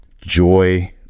joy